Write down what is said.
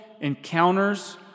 encounters